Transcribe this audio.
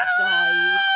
died